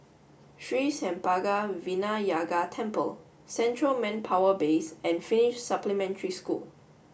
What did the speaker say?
Sri Senpaga Vinayagar Temple Central Manpower Base and Finnish Supplementary School